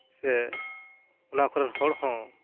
ᱥᱮ ᱚᱱᱟ ᱠᱚᱨᱮᱱ ᱦᱚᱲ ᱦᱚᱸ